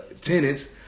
tenants